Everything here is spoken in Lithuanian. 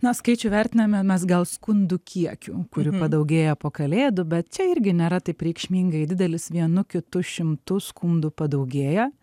na skaičių vertiname mes gal skundų kiekiu kurių padaugėja po kalėdų bet čia irgi nėra taip reikšmingai didelis vienu kitu šimtu skundų padaugėja